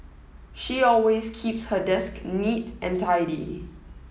she always keeps her desk neat and tidy